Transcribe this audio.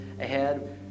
ahead